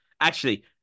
Actually-